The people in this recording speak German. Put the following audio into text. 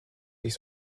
sich